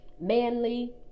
manly